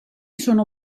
sono